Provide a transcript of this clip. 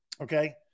Okay